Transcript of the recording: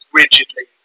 rigidly